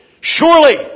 surely